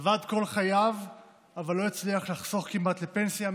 עבד כל חייו אבל לא הצליח לחסוך כמעט לפנסיה,